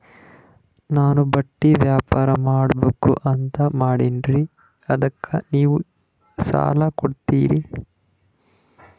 ನಾನು ಬಟ್ಟಿ ವ್ಯಾಪಾರ್ ಮಾಡಬಕು ಅಂತ ಮಾಡಿನ್ರಿ ಅದಕ್ಕ ನೀವು ಸಾಲ ಕೊಡ್ತೀರಿ?